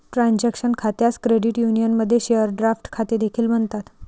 transaction खात्यास credit युनियनमध्ये share draft खाते देखील म्हणतात